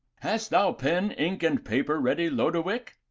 hast thou pen, ink, and paper ready, lodowick?